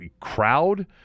crowd